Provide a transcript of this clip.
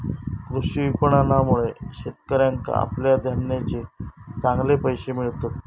कृषी विपणनामुळे शेतकऱ्याका आपल्या धान्याचे चांगले पैशे मिळतत